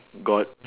got